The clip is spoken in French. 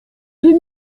deux